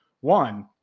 One